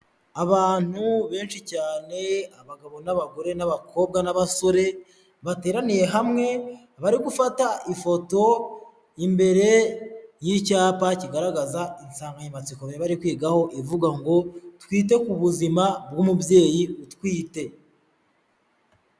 Abantu benshi cyane: abagabo n'abagore n'abakobwa n'abasore bateraniye hamwe, bari gufata ifoto imbere y'icyapa kigaragaza insanganyamatsiko bari bari kwigaho, ivuga ngo: "Twite ku buzima bw'umubyeyi utwite".